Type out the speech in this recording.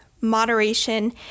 moderation